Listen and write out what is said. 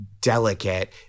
delicate